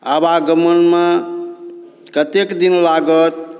आवगमनमे कतेक दिन लागत